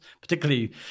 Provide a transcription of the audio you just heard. particularly